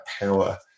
power